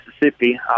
Mississippi